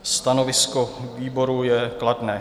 Stanovisko výboru je kladné.